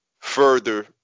Further